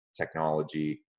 technology